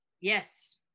yes